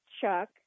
Chuck